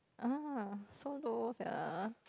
!uh! so low sia